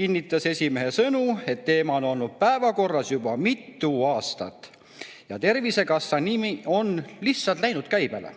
kinnitas esimehe sõnu, et teema on olnud päevakorras juba mitu aastat ja Tervisekassa nimi on lihtsalt läinud käibele.